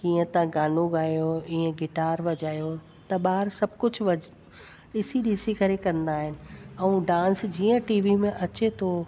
कीअं त गानो गायो ईअं गिटार वॼायो त ॿार सभु कुझु ॾिसी ॾिसी करे कंदा आहिनि ऐं डांस जीअं टीवी में अचे थो